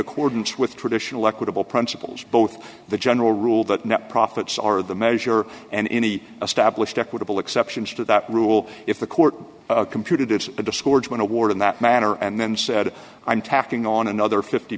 accordance with traditional equitable principles both the general rule that net profits are the measure and any stablished equitable exceptions to that rule if the court computed the discordian award in that manner and then said i'm tacking on another fifty